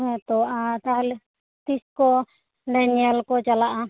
ᱦᱮᱸ ᱛᱚ ᱟᱨ ᱛᱟᱦᱚᱞᱮ ᱛᱤᱥ ᱠᱚ ᱚᱸᱰᱮ ᱧᱮᱞ ᱠᱚ ᱪᱟᱞᱟᱜᱼᱟ